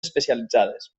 especialitzades